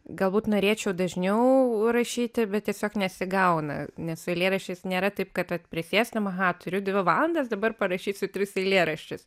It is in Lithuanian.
galbūt norėčiau dažniau rašyti bet tiesiog nesigauna nes su eilėraščiais nėra taip kad vat prisėsim aha turiu dvi valandas dabar parašysiu tris eilėraščius